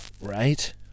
right